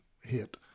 hit